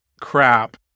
crap